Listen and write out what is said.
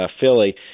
Philly